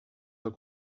del